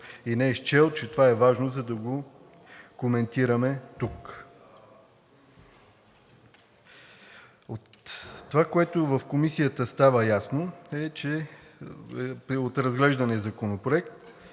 и не е счел, че това е важно, за да го коментираме тук. Това, което в Комисията стана ясно от разглеждания законопроект,